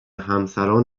همسران